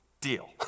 Deal